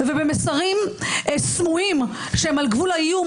ובמסרים סמויים שהם על גבול האיום,